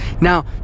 now